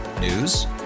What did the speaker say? News